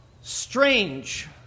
strange